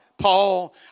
Paul